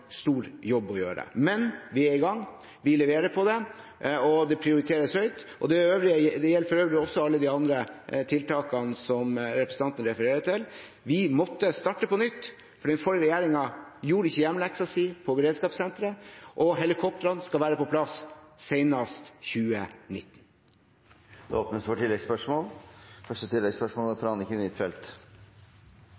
stor jobb å gjøre. Men vi er i gang, vi leverer på det, og det prioriteres høyt. Det gjelder for øvrig også alle de andre tiltakene som representanten refererer til. Vi måtte starte på nytt fordi den forrige regjeringen ikke gjorde hjemmeleksen sin på beredskapssenteret. Helikoptrene skal være på plass senest i 2019. Anniken Huitfeldt – til oppfølgingsspørsmål. Det er